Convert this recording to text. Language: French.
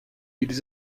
ils